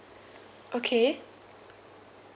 okay